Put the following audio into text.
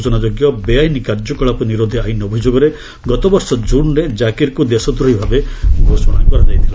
ସୂଚନାଯୋଗ୍ୟ ବେଆଇନ କାର୍ଯ୍ୟକଳାପ ନିରୋଧୀ ଆଇନ ଅଭିଯୋଗରେ ଗତବର୍ଷ ଜ୍ରନ୍ରେ ଜାକିରକ୍ ଦେଶଦ୍ରୋହୀ ଭାବେ ଘୋଷଣା କରାଯାଇଥିଲା